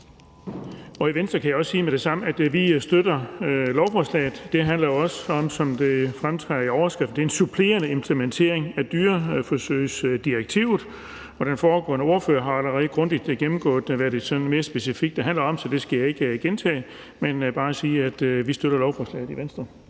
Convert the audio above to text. side kan jeg også med det samme sige, at vi støtter lovforslaget. Det handler jo, som det fremgår af overskriften, om en supplerende implementering af dyreforsøgsdirektivet. Den foregående ordfører har allerede grundigt gennemgået, hvad det sådan mere specifikt handler om, så det skal jeg ikke gentage, men bare sige, at vi støtter lovforslaget i Venstre.